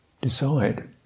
decide